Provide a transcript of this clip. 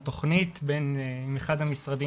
ככל שתוצג לנו תוכנית עם אחד המשרדים